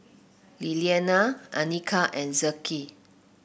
Liliana Anika and Zeke